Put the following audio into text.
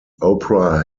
oprah